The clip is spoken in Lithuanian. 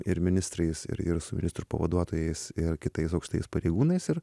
ir ministrais ir ir su ministrų pavaduotojais ir kitais aukštais pareigūnais ir